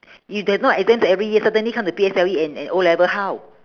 if there no exams every year suddenly come to P_S_L_E and and O-level how